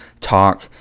talk